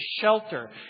shelter